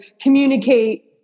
communicate